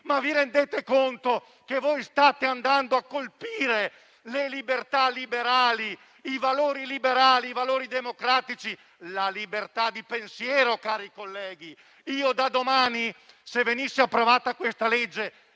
vi rendete conto che state andando a colpire le libertà liberali, i valori liberali, i valori democratici, la libertà di pensiero, cari colleghi? State tranquilli che questa legge